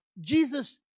Jesus